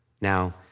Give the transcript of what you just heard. Now